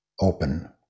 open